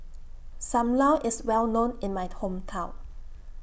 SAM Lau IS Well known in My Hometown